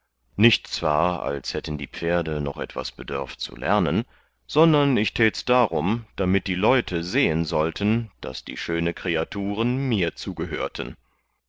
nicht zwar als hätten die pferde noch etwas bedörft zu lernen sondern ich täts darum damit die leute sehen sollten daß die schöne kreaturen mir zugehörten